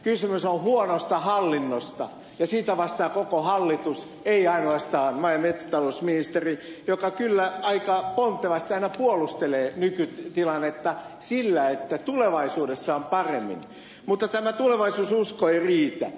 kysymys on huonosta hallinnosta ja siitä vastaa koko hallitus ei ainoastaan maa ja metsätalousministeri joka kyllä aika pontevasti aina puolustelee nykytilannetta sillä että tulevaisuudessa on paremmin mutta tämä tulevaisuudenusko ei riitä